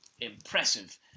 impressive